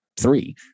three